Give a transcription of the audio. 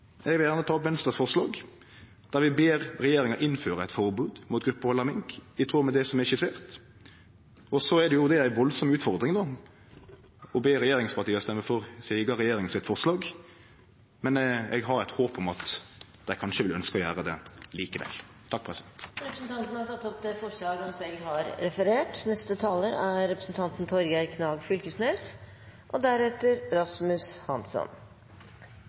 Eg vil gjerne ta opp Venstres forslag, der vi ber regjeringa innføre eit forbod mot gruppehald av mink, i tråd med det som er skissert. Og så er det jo ei veldig utfordring å be regjeringspartia stemme for forslaget frå deira eigen regjering, men eg har eit håp om at dei kanskje vil ønskje å gjere det likevel. Representanten Sveinung Rotevatn har tatt opp det forslaget han refererte til. Dyrevelferda i pelsdyrnæringa er